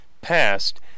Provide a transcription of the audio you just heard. passed